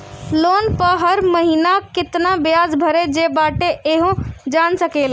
loan पअ हर महिना केतना बियाज भरे जे बाटे इहो जान सकेला